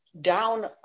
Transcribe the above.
down